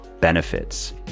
benefits